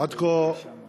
עד כה